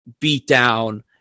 beatdown